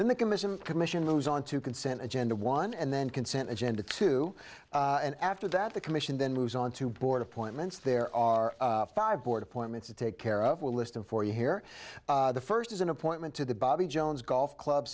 then the commission commission moves onto consent agenda one and then consent agenda two and after that the commission then moves on to board appointments there are five board appointments to take care of a list of for you here the first is an appointment to the bobby jones golf club